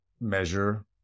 measure